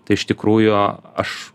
tai iš tikrųjų aš